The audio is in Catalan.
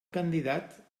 candidat